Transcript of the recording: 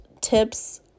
tips